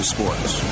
Sports